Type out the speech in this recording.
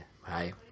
hi